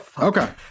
Okay